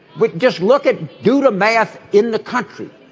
but just look at do the math in the country.